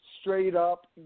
straight-up